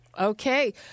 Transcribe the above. Okay